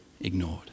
ignored